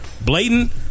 blatant